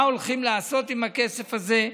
מה הולכים לעשות עם הכסף הזה.